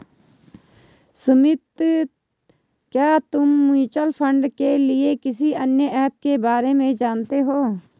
सुमित, क्या तुम mutual fund के लिए किसी अन्य ऐप के बारे में जानते हो?